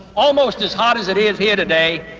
almost as hot as it is here today.